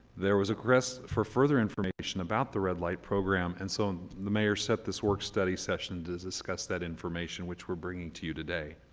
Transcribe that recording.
there was a request for further information about the red-light program and so the mayor set this work study session to discuss that information which we're bringing to you today.